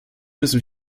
müssen